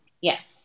Yes